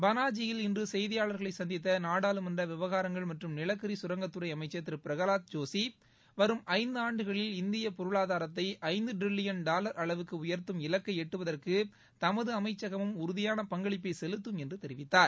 பனாஜியில் இன்று செய்தியாளர்களை சந்தித்த நாடாளுமன்ற விவகாரங்கள் மற்றும் நிலக்கரி சுரங்கத்துறை அமைச்சர் திரு பிரகவாத் ஜோஷி வரும் ஐந்தாண்டுகளில் இந்திய பொருளாதாரத்தை ஐந்து ட்ரில்லியன் டாவர் அளவுக்கு உயர்த்தும் இலக்கை எட்டுவதற்கு தமது அமைச்சகமும் உறதியான பங்களிப்பை செலுத்தம் என்று தெரிவித்தார்